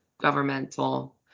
governmental